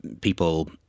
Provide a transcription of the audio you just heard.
People